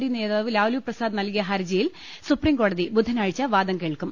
D നേതാവ് ലാലുപ്രസാദ് നൽകിയ ഹർജിയിൽ സുപ്രീംകോടതി ബുധനാഴ്ച വാദം കേൾക്കും